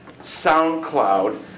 SoundCloud